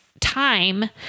time